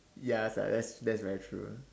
ya sia that's that's very true